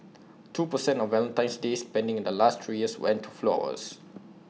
two per cent of Valentine's day spending in the last three years went to flowers